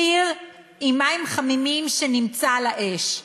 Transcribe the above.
סיר עם מים חמימים שנמצא על האש.